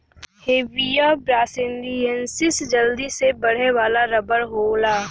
Hevea brasiliensis जल्दी से बढ़े वाला रबर होला